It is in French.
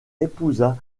épousa